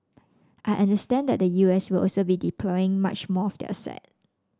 I understand that the U S will also be deploying much more of their assets